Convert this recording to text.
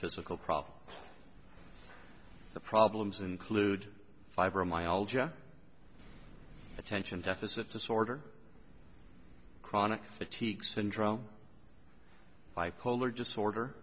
physical problem the problems include fibromyalgia attention deficit disorder chronic fatigue syndrome bipolar disorder